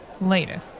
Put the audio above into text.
Later